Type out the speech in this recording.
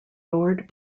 lord